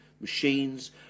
machines